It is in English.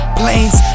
planes